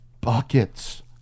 buckets